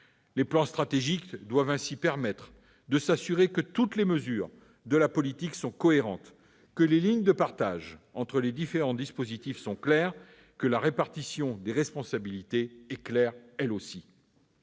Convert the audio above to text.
Les plans stratégiques doivent permettre de s'assurer que toutes les mesures de la politique sont cohérentes et que les lignes de partage entre les différents dispositifs et la répartition des responsabilités sont claires.